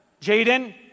Jaden